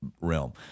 realm